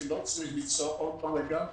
ולא צריך ליצור עוד בלגאן,